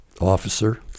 officer